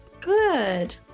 Good